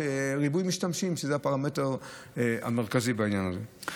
ריבוי משתמשים הוא הפרמטר המרכזי בעניין הזה.